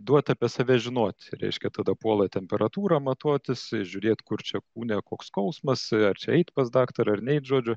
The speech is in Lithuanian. duot apie save žinot reiškia tada puola temperatūrą matuotis žiūrėt kur čia kūne koks skausmasar čia eit pas daktarą ar neit žodžiu